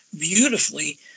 beautifully